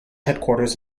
headquarters